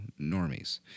normies